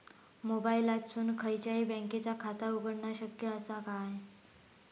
मोबाईलातसून खयच्याई बँकेचा खाता उघडणा शक्य असा काय?